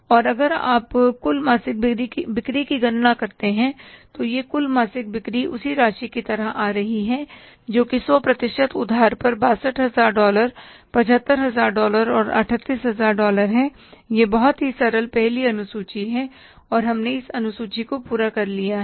और अगर आप कुल मासिक बिक्री की गणना करते हैं तो ये कुल मासिक बिक्री उसी राशि की तरह आ रही है जोकि 100 प्रतिशत उधार पर 62000 डॉलर 75000 डॉलर और 38000 डॉलर है यह बहुत सरल पहली अनुसूची है और हमने इस अनुसूची को पूरा कर लिया हैं